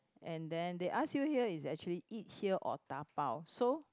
and then they ask you here is actually eat here or dabao so